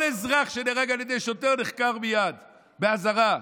כל אזרח שנהרג על ידי שוטר נחקר מייד באזהרה.